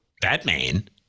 Batman